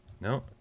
no